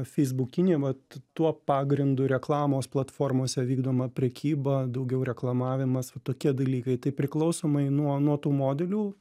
feisbukinė vat tuo pagrindu reklamos platformose vykdoma prekyba daugiau reklamavimas tokie dalykai tai priklausomai nuo nuo tų modelių